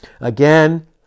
Again